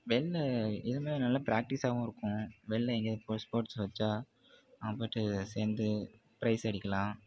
வெளில இதுமே நல்ல ப்ராக்ட்டிஸாகவும் இருக்கும் வெளில எங்கேயாவது இப்போது ஸ்போட்ஸ் வச்சால் நம்ம போயிட்டு சேர்ந்து ப்ரைஸ் அடிக்கலாம்